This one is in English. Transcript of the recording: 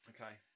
Okay